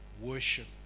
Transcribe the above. worship